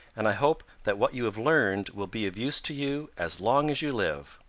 and i hope that what you have learned will be of use to you as long as you live.